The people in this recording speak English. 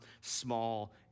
small